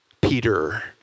Peter